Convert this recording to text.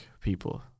people